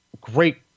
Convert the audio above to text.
great